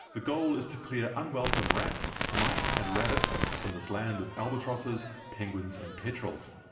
the goal is to clear unwelcome rats, mice and rabbits from this land of albatrosses, penguins and petrels.